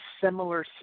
similar